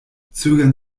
zögern